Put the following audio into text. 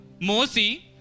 Mosi